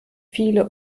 viele